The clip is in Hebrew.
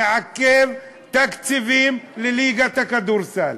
תקציבים לליגת הכדורסל.